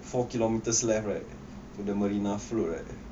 four kilometres left right to the marina float